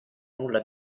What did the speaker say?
nulla